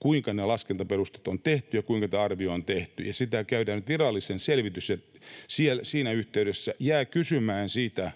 kuinka ne laskentaperusteet on tehty ja kuinka tämä arvio on tehty, ja siitä tehdään nyt virallinen selvitys. Siinä yhteydessä jään kysymään sitä,